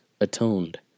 atoned